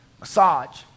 massage